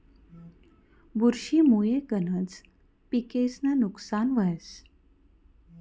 बुरशी मुये गनज पिकेस्नं नुकसान व्हस